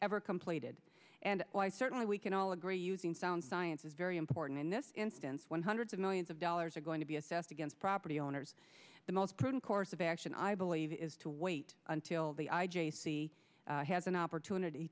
ever completed and certainly we can all agree using sound science is very important in this instance when hundreds of millions of dollars are going to be assessed against property owners the most prudent course of action i believe is to wait until the i j c has an opportunity